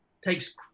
takes